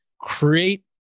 create